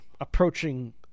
approaching